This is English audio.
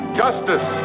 justice